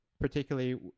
particularly